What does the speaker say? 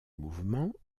mouvement